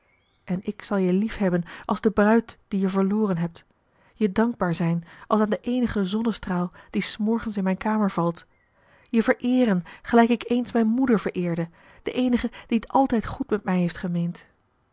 en ik zal je liefhebben als de bruid die je verloren hebt je dankbaar zijn als aan den eenigen zonnestraal die s morgens in mijn kamer valt je vereeren gelijk ik eens mijn moeder vereerde de eenige die t altijd goed met mij heeft gemeend